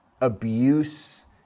abuse